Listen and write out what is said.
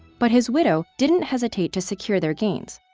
but his widow didn't hesitate to secure their gains.